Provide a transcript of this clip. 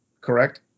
Correct